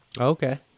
Okay